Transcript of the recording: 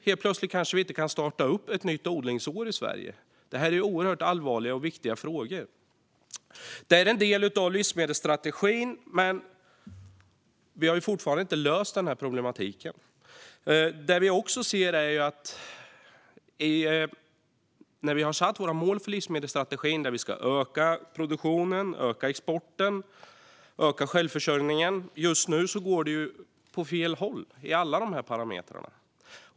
Helt plötsligt kanske vi inte kan starta upp ett nytt odlingsår i Sverige. Det här är oerhört allvarliga och viktiga frågor. Det är en del av livsmedelsstrategin, men vi har fortfarande inte löst den här problematiken. Det vi också ser är att när det gäller våra mål för livsmedelsstrategin där vi ska öka produktionen, öka exporten och öka självförsörjningen går det just nu åt fel håll rörande alla de här parametrarna.